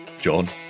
John